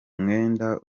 mwenda